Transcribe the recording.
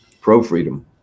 pro-freedom